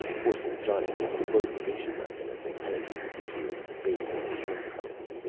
forcing johnny to slow the station wagon as they penetrated deeper into the base of the smoke column.